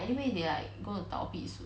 anyway they like gonna 倒闭 soon